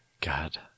God